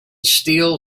steel